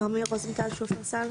נעמי רוזנטל, שופרסל.